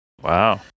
Wow